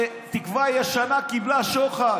שתקווה ישנה קיבלה שוחד.